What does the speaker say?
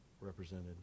represented